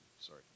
sorry